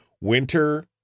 winter